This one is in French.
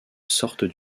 sortent